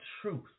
truth